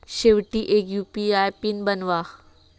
शेवटी एक UPI PIN बनवा